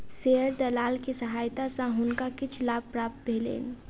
share दलाल के सहायता सॅ हुनका किछ लाभ प्राप्त भेलैन